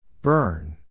Burn